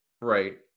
Right